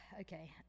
okay